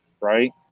right